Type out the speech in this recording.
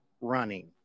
running